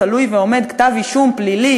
תלוי ועומד כתב אישום פלילי,